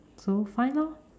so fine lor